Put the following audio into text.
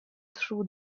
through